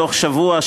בתוך שבוע,